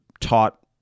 taught